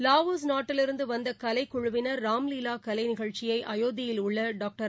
Laos நாட்டிலிருந்து வந்த கலைக்குழவினர் ராம்லீலா கலை நிகழ்ச்சியை அயோத்தியில் உள்ள டாக்டர்